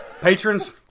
Patrons